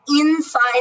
inside